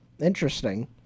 Interesting